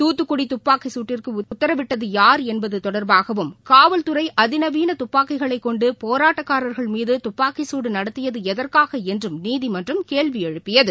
தூத்துக்குடிதுப்பாக்கிசூட்டிற்குஉத்தரவிட்டதுயார் என்பதுதொடர்பாகவும் காவல்துறைஅதிநவீனதுப்பாக்கிகளைக் கொண்டுபோராட்டக்காரர்கள் மீதுதுப்பாக்கிசூடுநடத்தியதுஎதற்காகஎன்றும் நீதிமன்றம் கேள்விஎழுப்பியது